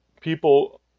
people